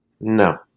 No